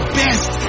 best